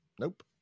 Nope